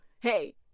hey